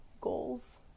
goals